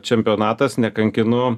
čempionatas nekankinu